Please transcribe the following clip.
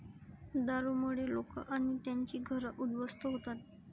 दारूमुळे लोक आणि त्यांची घरं उद्ध्वस्त होतात